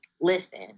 listen